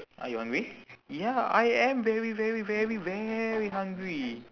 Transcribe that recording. are you hungry ya I am very very very very hungry